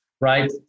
right